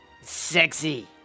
Sexy